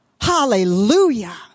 Hallelujah